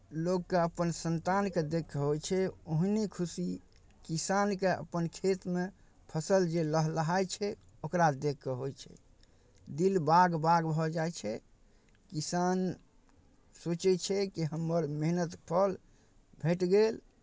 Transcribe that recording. लोककेँ अपन संतानकेँ देखि कऽ होइ छै ओहने खुशी किसानकेँ अपन खेतमे फसल जे लहलहाइ छै ओकरा देखि कऽ होइ छै दिल बाग बाग भऽ जाइ छै किसान सोचै छै कि हमर मेहनति फल भेट गेल